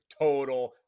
total